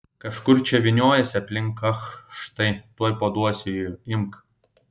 kažkur čia vyniojosi aplink ach štai tuoj paduosiu jį imk